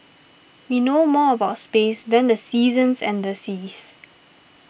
we know more about space than the seasons and the seas